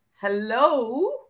Hello